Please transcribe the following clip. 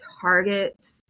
target